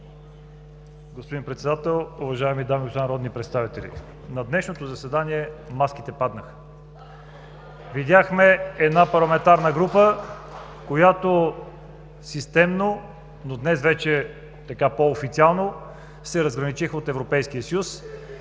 Господин Председател, уважаеми дами и господа народни представители! На днешното заседание маските паднаха. Видяхме една парламентарна група, която системно, но днес вече по-официално се разграничи от Европейския съюз